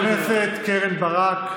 חברת הכנסת קרן ברק,